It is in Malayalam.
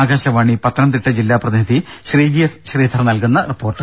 ആകാശവാണി പത്തനംതിട്ട ജില്ലാ പ്രതിനിധി ശ്രീജി എസ് ശ്രീധർ നൽകുന്ന റിപ്പോർട്ട്